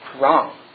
wrong